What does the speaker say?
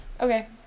okay